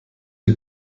die